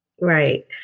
Right